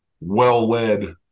well-led